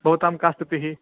भवतां का स्थितिः